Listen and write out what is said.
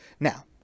Now